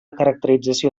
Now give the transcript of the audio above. caracterització